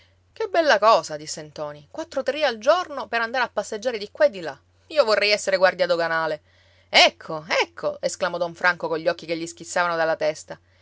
che bella cosa disse ntoni quattro tarì al giorno per andare a passeggiare di qua e di là io vorrei essere guardia doganale ecco ecco esclamò don franco cogli occhi che gli schizzavano dalla testa